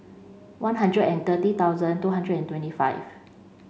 one hundred and thirty thousand two hundred and twenty five